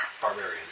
Barbarians